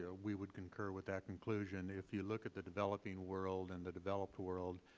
ah we would concur with that conclusion. if you look at the developing world and the developed world,